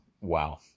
Wow